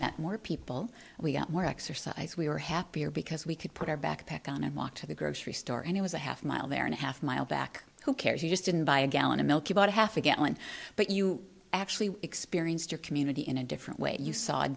that more people we got more exercise we were happier because we could put our backpack on and walk to the grocery store and it was a half mile there and a half mile back who cares you just didn't buy a gallon of milk you bought half a gallon but you actually experienced your community in a different way you saw